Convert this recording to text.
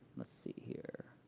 let's see here.